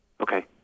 Okay